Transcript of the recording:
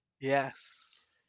yes